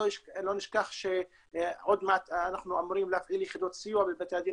לא נשכח שעוד מעט אנחנו אמורים להפעיל יחידות סיוע בבתי הדין